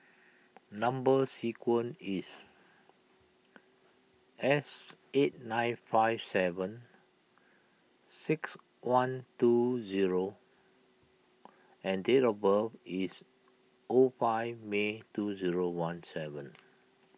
Number Sequence is S eight nine five seven six one two zero and date of birth is O five May two zero one seven